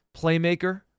playmaker